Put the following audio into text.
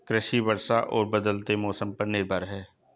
कृषि वर्षा और बदलते मौसम पर निर्भर है